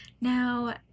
Now